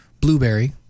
blueberry